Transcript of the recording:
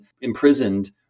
imprisoned